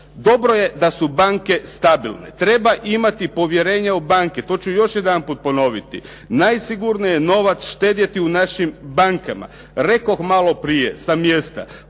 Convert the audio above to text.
dobro je da su banke stabilne. Treba imati povjerenja u banke. To ću još jedanput ponoviti. Najsigurnije je novac štedjeti u našim bankama. Rekoh malo prije sa mjesta,